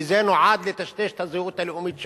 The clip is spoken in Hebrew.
כי זה נועד לטשטש את הזהות הלאומית שלו.